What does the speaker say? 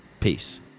Peace